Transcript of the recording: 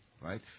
right